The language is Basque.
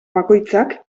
bakoitzak